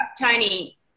Tony